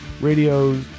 Radio